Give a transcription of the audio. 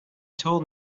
told